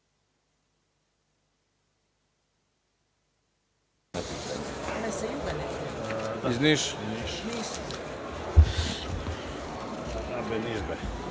Hvala vam.